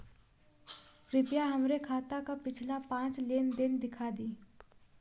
कृपया हमरे खाता क पिछला पांच लेन देन दिखा दी